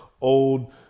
old